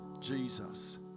Jesus